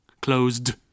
closed